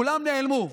כולם נעלמו.